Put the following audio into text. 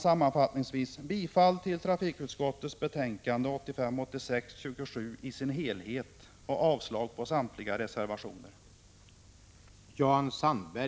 Sammanfattningsvis yrkar jag bifall till hemställan i trafikutskottets betänkande 1985/86:27 i dess helhet och avslag på samtliga reservationer.